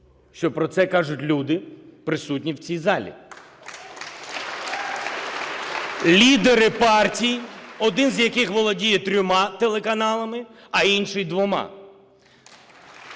що про це кажуть люди, присутні в цій залі. Лідери партій, один з яких володіє трьома телеканалами, а інший – двома.